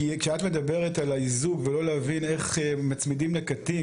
כי כשאת מדברת על האיזוק ולא להבין איך מצמידים לקטין,